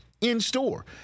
in-store